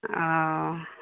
हँ